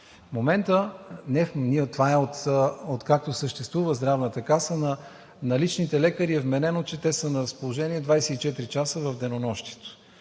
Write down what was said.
помощ. Това е, откакто съществува Здравната каса – на личните лекари е вменено, че те са на разположение 24 часа в денонощието,